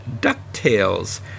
DuckTales